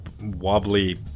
wobbly